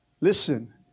Listen